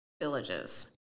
villages